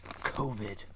COVID